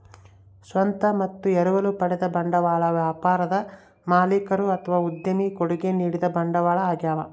ಸ್ವಂತ ಮತ್ತು ಎರವಲು ಪಡೆದ ಬಂಡವಾಳ ವ್ಯಾಪಾರದ ಮಾಲೀಕರು ಅಥವಾ ಉದ್ಯಮಿ ಕೊಡುಗೆ ನೀಡಿದ ಬಂಡವಾಳ ಆಗ್ಯವ